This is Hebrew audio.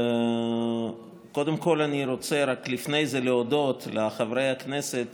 לפני זה אני רוצה להודות לחברי הכנסת